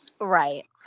Right